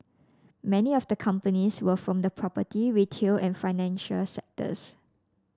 many of the companies were from the property retail and financial sectors